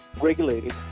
regulated